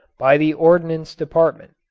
by the ordnance department.